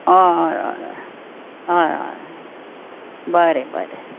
हय हय हय हय बरें बरें